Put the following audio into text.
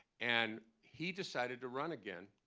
and he decided to run again,